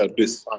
ah this sign.